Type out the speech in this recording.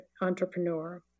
entrepreneur